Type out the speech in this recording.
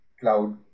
cloud